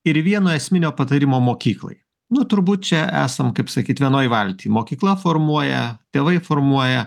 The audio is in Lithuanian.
ir vieno esminio patarimo mokyklai nu turbūt čia esam kaip sakyt vienoj valty mokykla formuoja tėvai formuoja